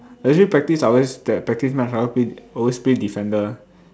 legit practice I always that practice match I want play always play defender